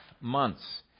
months